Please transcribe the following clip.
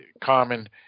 common